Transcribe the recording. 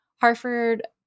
Harford